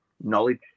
knowledge